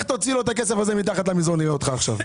תוציא לו את הכסף משם, נראה אותך עכשיו.